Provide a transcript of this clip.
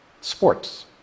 sports